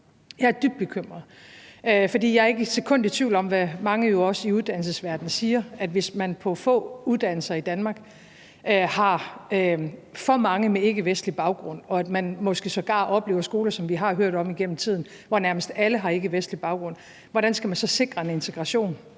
Jeg er dybt bekymret, for jeg er ikke et sekund i tvivl om, hvad mange i uddannelsesverdenen jo også siger. Hvis man på nogle få uddannelser i Danmark har for mange med ikkevestlig baggrund, og man måske sågar oplever skoler, som vi har hørt om igennem tiden, hvor nærmest alle har ikkevestlig baggrund, hvordan skal man så sikre en integration?